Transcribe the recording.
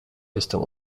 jestem